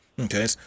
Okay